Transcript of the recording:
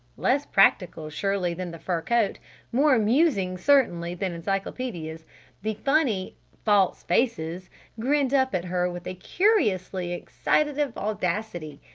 less practical surely than the fur coat more amusing, certainly, than encyclopedias the funny false faces grinned up at her with a curiously excitative audacity.